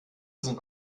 sind